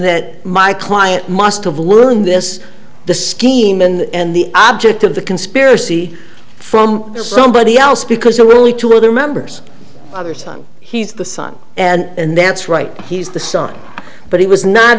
that my client must have learned this the scheme and the object of the conspiracy from somebody else because they are really two other members other son he's the son and that's right he's the son but he was not